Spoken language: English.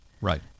Right